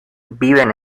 viven